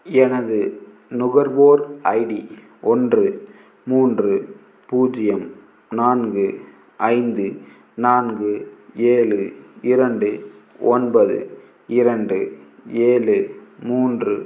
எனது நுகர்வோர் ஐடி ஒன்று மூன்று பூஜ்ஜியம் நான்கு ஐந்து நான்கு ஏழு இரண்டு ஒன்பது இரண்டு ஏழு மூன்று